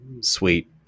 sweet